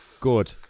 Good